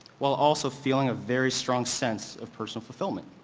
while also feeling a very strong sense of personal fulfillment.